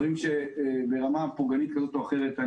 ברמה פוגענית כזו או אחרת,